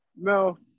No